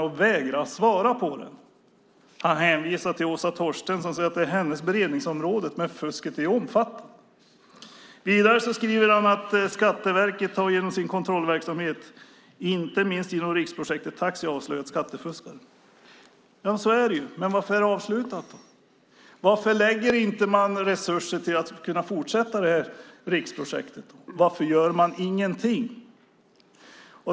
Finansministern hänvisar dessutom till Åsa Torstensson och säger att detta är hennes beredningsområde. Men fusket är omfattande! Vidare säger han i svaret att Skatteverket genom sin kontrollverksamhet, inte minst inom riksprojektet Taxi, avslöjat skattefuskare. Ja, så är det. Men varför är projektet avslutat? Varför avsätts inte resurser så att man kan fortsätta med riksprojektet? Varför gör man inte någonting?